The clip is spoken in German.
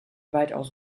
weitaus